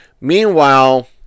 Meanwhile